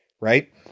Right